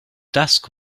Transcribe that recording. dusk